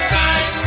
time